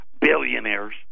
billionaires